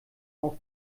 auch